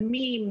חולמים,